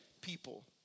people